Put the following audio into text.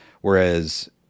Whereas